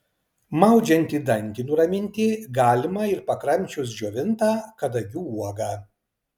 maudžiantį dantį nuraminti galima ir pakramčius džiovintą kadagių uogą